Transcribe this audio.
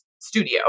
Studio